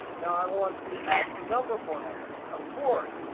now i want to add some number formatting. of course,